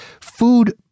food